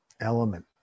element